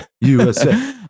USA